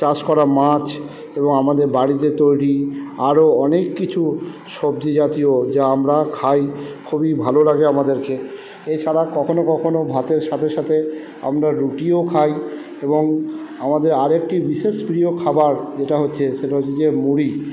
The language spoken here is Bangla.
চাষ করা মাছ এবং আমাদের বাড়িতে তৈরি আরো অনেক কিছু সবজি জাতীয় যা আমরা খাই খুবই ভালো লাগে আমাদেরকে এছাড়া কখনো কখনো ভাতের সাথে সাথে আমরা রুটিও খাই এবং আমাদের আর একটি বিশেষ প্রিয় খাবার যেটা হচ্ছে সেটা হচ্ছে মুড়ি